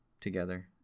together